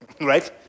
Right